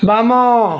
ବାମ